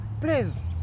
Please